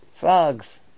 Frogs